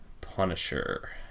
Punisher